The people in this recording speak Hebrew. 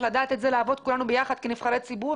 לדעת את זה ולעבוד כולנו יחד כנבחרי ציבור